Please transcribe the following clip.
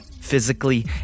physically